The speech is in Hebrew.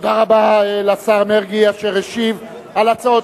תודה רבה לשר מרגי אשר השיב על הצעות